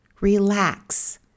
Relax